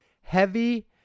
Heavy